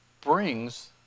brings